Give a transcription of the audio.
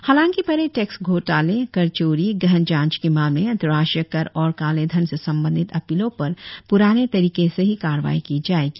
हालांकि बड़े टैक्स घोटाले कर चोरी गहन जांच के मामले अंतर्राष्ट्रीय कर और कालेधन से संबंधित अपीलों पर प्राने तरीके से ही कार्रवाई की जाएगी